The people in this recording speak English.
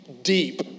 Deep